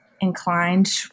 inclined